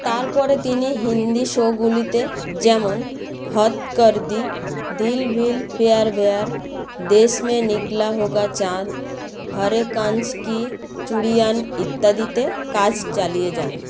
তারপরে তিনি হিন্দি শোগুলিতে যেমন হদ কর দি দিল ভিল পেয়ার ভেয়ার দেশ মে নিকলা হোগা চাঁদ হরে কাচ কি চুড়িয়া ইত্যাদিতে কাজ চালিয়ে যান